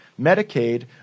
Medicaid